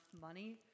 money